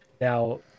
now